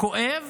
כואב,